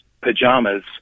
pajamas